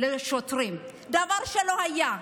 כלפי שוטרים, דבר שלא היה.